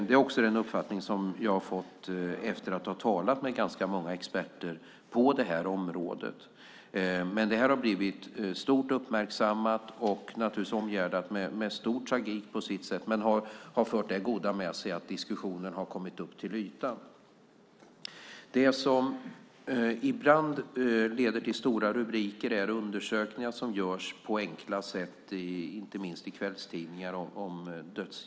Det är också den uppfattning jag har fått efter att ha talat med ganska många experter på detta område. Detta har dock blivit mycket uppmärksammat och naturligtvis omgärdat av på sitt sätt stor tragik, men det har fört det goda med sig att diskussionen har kommit upp till ytan. Det som ibland leder till stora rubriker är undersökningar om dödshjälp som görs på enkla sätt inte minst i kvällstidningar.